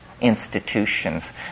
Institutions